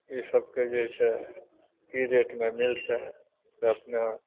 ई सबके जे छै कि रेटमे मिलतै से अपनेँ